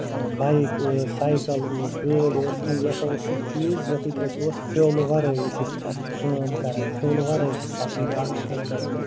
ٲں بایک ٲسۍ سایکَل اوس گٲڑۍ ٲسۍ کہِ یہِ ہسا اوس سُہ چیٖز ییتیٚتھ اسہِ اوس فِولہ ورٲے ٲسۍ أسۍ کٲم کران فِولہٕ وَرٲے ٲسۍ أسۍ پَکان اَتھ چیٖزَس پٮ۪ٹھ